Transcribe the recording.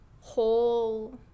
whole